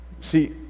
See